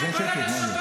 פשוט, בכיינים אתם.